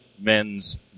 men's